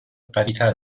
قویتر